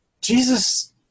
Jesus